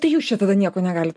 tai jūs čia tada nieko negalit